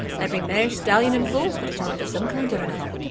every mare stallion and foals got'a talent of some kind or another.